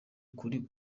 kuri